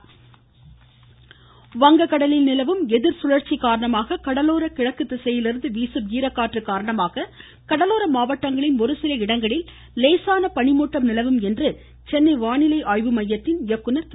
ம் ம் ம் ம் ம வானிலை வங்கக்கடலில் நிலவும் எதிர் காரணமாக கடலோர சுழற்சி கிழக்கு திசையிலிருந்து வீசும் ஈரக்காற்று காரணமாக கடலோர மாவட்டங்களின் ஒருசில இடங்களில் லேசான பனிமூட்டம் நிலவும் என்று சென்னை வானிலை ஆய்வுமையத்தின் இயக்குநர் திரு